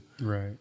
Right